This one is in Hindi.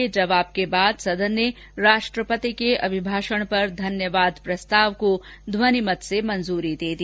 प्रधानमंत्री के जवाब के बाद सदन ने राष्ट्रपति के अभिभाषण पर धन्यवाद प्रस्ताव को ध्वनिमत से मंजूरी दे दी